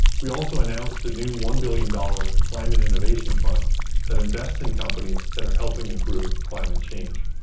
we also announced a new one billion dollar climate innovation fund that invests in companies that are helping improve climate change.